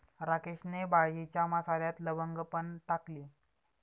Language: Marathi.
राकेशने भाजीच्या मसाल्यात लवंग पण टाकली